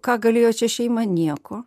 ką galėjo čia šeima nieko